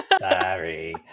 Sorry